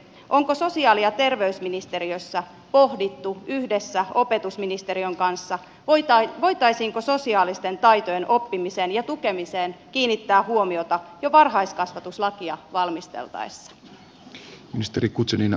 onko sosiaali ja terveysministeriössä pohdittu yhdessä opetusministeriön kanssa voitaisiinko sosiaalisten taitojen oppimiseen ja tukemiseen kiinnittää huomiota jo varhaiskasvatuslakia valmisteltaessa